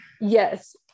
yes